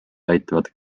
aitavad